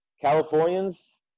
Californians